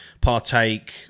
partake